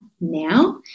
now